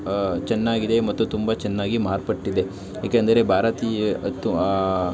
ಚೆನ್ನಾಗಿದೆ ಮತ್ತು ತುಂಬ ಚೆನ್ನಾಗಿ ಮಾರ್ಪಟ್ಟಿದೆ ಏಕೆಂದರೆ ಭಾರತೀಯ ಅಥ್ವಾ